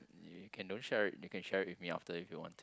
you you can don't share it you can share it with me after if you want to